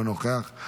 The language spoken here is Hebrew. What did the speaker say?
אינו נוכח,